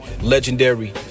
legendary